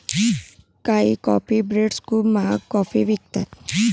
काही coffee brands खूप महाग कॉफी विकतात